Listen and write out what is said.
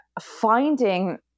finding